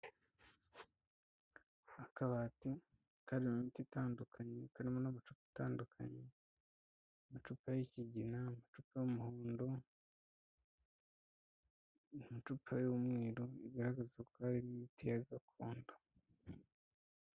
Akabati karimo imiti itandukanye karimo n'amacupa atandukanye, amacupa y'ikigina, amacupa y'umuhondo, amacupa y'umweru, bigaragaza ko harimo imiti ya gakondo.